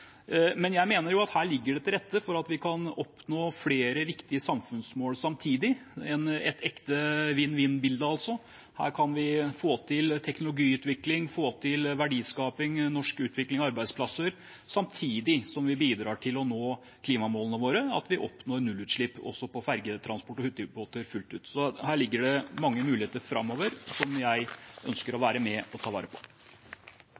Jeg mener at det her ligger til rette for at vi kan oppnå flere viktige samfunnsmål samtidig – et ekte vinn-vinn-bilde. Vi kan få til teknologiutvikling, få til verdiskaping og norsk utvikling av arbeidsplasser, samtidig som vi bidrar til å nå klimamålene våre – at vi oppnår nullutslipp også på fergetransport og hurtigbåter fullt ut. Her ligger det mange muligheter framover som jeg ønsker å være med og ta vare på.